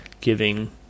giving